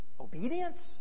obedience